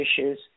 issues